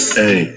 hey